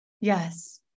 Yes